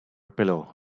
pillow